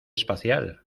espacial